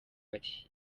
bati